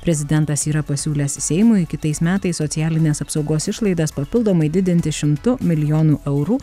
prezidentas yra pasiūlęs seimui kitais metais socialinės apsaugos išlaidas papildomai didinti šimtu milijonu eurų